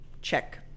check